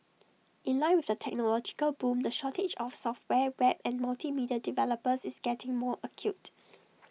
in line with the technological boom the shortage of software web and multimedia developers is getting more acute